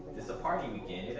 this a party weekend.